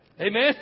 Amen